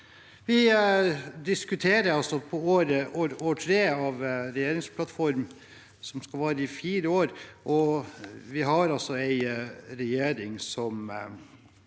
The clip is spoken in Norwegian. Vi diskuterer i år tre av en regjeringsplattform som skal vare i fire år, og vi har en regjering som i